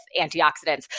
antioxidants